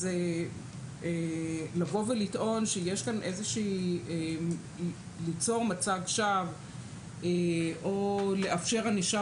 אז לבוא ולטעון וליצור מצג שווא או לאפשר ענישה